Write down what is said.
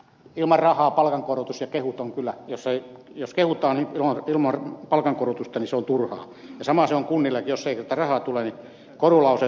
ilman rahaa palkankorotus ja kehutun kylä jossa jos kehutaan niin ilman palkankorotusta se on turhaa ja sama se on kunnillakin että jos ei rahaa tule niin korulauseet on turhia